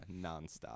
nonstop